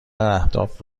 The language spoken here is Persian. اهداف